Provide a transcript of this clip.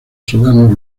solano